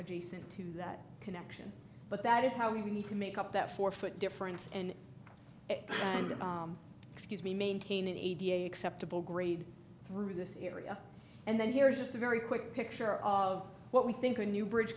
producing to that connection but that is how we need to make up that four foot difference and it and excuse me maintaining a da acceptable grade through this area and then here is just a very quick picture of what we think a new bridge